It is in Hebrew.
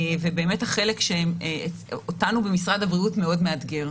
ובאמת החלק שאותנו במשרד הבריאות מאוד מאתגר.